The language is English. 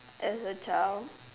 ask a child